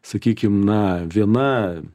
sakykim na viena